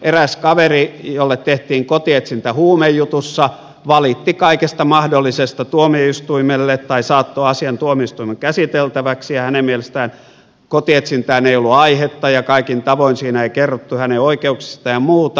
eräs kaveri jolle tehtiin kotietsintä huumejutussa valitti kaikesta mahdollisesta tuomio istuimelle tai saattoi asian tuomioistuimen käsiteltäväksi ja hänen mielestään kotietsintään ei ollut aihetta ja kaikin tavoin siinä ei kerrottu hänen oikeuksistaan ja muuta